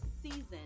season